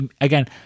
again